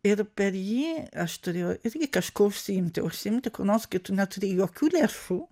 ir per jį aš turėjau irgi kažkuo užsiimti užsiimti kuo nors kitu neturėjau jokių lėšų